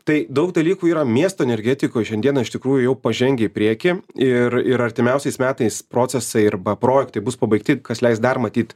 tai daug dalykų yra miesto energetikos šiandieną iš tikrųjų jau pažengę į priekį ir ir artimiausiais metais procesai arba projektai bus pabaigti kas leis dar matyt